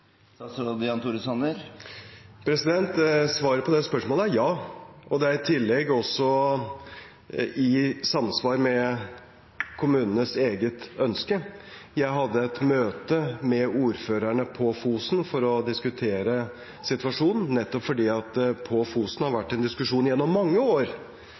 Svaret på det spørsmålet er ja, og det er i tillegg også i samsvar med kommunenes eget ønske. Jeg hadde et møte med ordførerne på Fosen for å diskutere situasjonen nettopp fordi det på Fosen har vært en diskusjon gjennom mange år